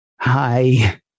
hi